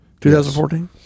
2014